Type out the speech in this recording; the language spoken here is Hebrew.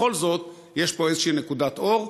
בכל זאת יש פה איזושהי נקודת אור,